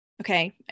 Okay